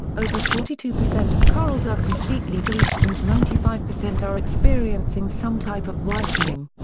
over forty two percent of corals are completely bleached and ninety five percent are experiencing some type of whitening.